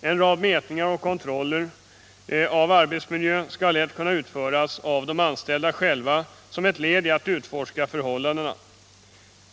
En rad mätningar och kontroller av arbetsmiljön skall lätt kunna utföras av de anställda själva som ett led i att utforska förhållandena.